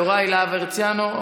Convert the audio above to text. יוראי להב הרצנו,